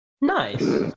Nice